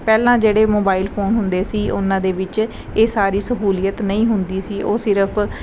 ਪਹਿਲਾਂ ਜਿਹੜੇ mobile phone ਹੁੰਦੇ ਸੀ ਉਹਨਾਂ ਦੇ ਵਿੱਚ ਇਹ ਸਾਰੀ ਸਹੂਲੀਅਤ ਨਹੀਂ ਹੁੰਦੀ ਸੀ ਉਹ ਸਿਰਫ